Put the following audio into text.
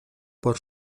por